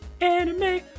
Anime